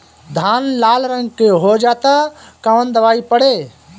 धान लाल रंग के हो जाता कवन दवाई पढ़े?